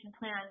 Plan